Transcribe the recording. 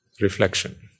Reflection